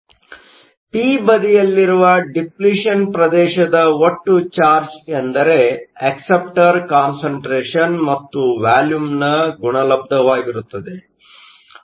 ಆದ್ದರಿಂದ ಪಿ ಬದಿಯಲ್ಲಿರುವ ಡಿಪ್ಲಿಷನ್ ಪ್ರದೇಶದ ಒಟ್ಟು ಚಾರ್ಜ್ ಎಂದರೆ ಅಕ್ಸೆಪ್ಟರ್ ಕಾನ್ಸಂಟ್ರೇಷನ್Acceptor concentration ಮತ್ತು ವಾಲ್ಯುಮ್ನ ಗುಣಲಬ್ಧವಾಗಿರುತ್ತದೆ